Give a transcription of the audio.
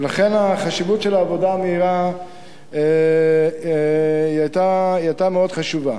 ולכן העבודה המהירה היתה מאוד חשובה.